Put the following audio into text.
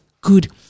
good